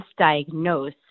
misdiagnosed